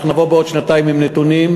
אנחנו נבוא בעוד שנתיים עם נתונים,